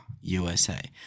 USA